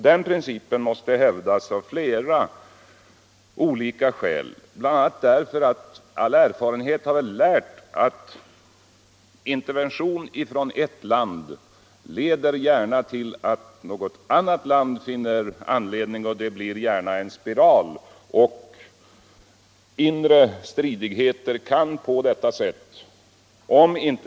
Den principen måste hävdas av flera skäl, bl.a. det att all erfarenhet har lärt oss att intervention i ett land lätt leder till att också ett annat land finner anledning att göra detsamma. Man kan då få en spiral av händelser som medför ständig upptrappning av stridigheterna.